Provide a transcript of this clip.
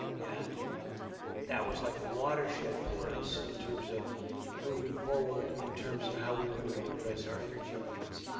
and that was like a watershed for us in terms of moving forward in terms of how we were gonna address our energy needs.